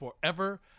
forever